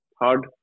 hard